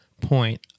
point